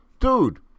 Dude